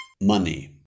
money